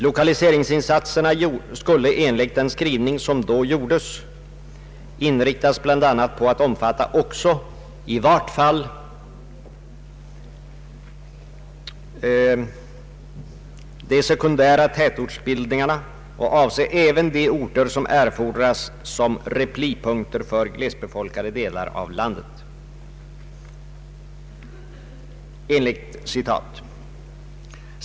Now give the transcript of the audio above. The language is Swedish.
Lokaliseringsinsatserna skulle enligt den skrivning som då gjordes inriktas bl.a. på att omfatta också ”i vart fall de sekundära tätortsbildningarna och avse även de orter som erfordras som replipunkter för glesbefolkade delar av landet”.